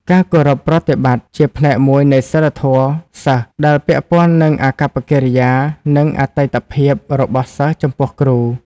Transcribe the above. ការគោរពប្រតិបត្តិ ជាផ្នែកមួយនៃសីលធម៌សិស្ស ដែលពាក់ព័ន្ធនឹងអាកប្បកិរិយា និងអតីតភាពរបស់សិស្សចំពោះគ្រូ។